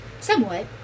Somewhat